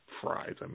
fries